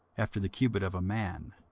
after the cubit of a man.